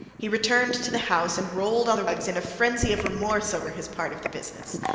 he returned to the house and rolled on the rugs in a frenzy of remorse over his part of the business.